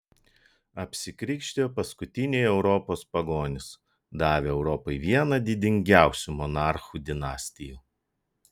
apsikrikštijo paskutiniai europos pagonys davę europai vieną didingiausių monarchų dinastijų